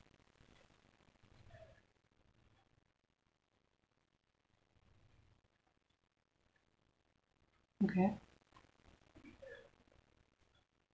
okay